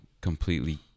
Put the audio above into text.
completely